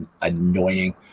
annoying